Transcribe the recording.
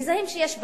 מזהים שיש בעיה,